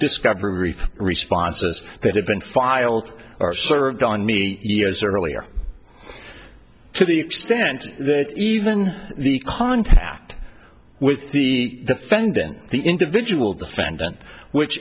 discovery responses that have been filed or served on me years earlier to the extent that even the contact with the defendant the individual defendant which